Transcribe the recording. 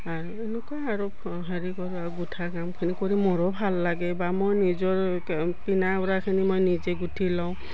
আৰু এনেকুৱা আৰু হেৰি কৰ আৰু গোঁঠা কামখিনি কৰি মোৰো ভাল লাগে বা মই নিজৰ পিনা উৰাখিনি মই নিজে গুঠি লওঁ